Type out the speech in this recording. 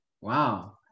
Wow